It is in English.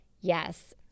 yes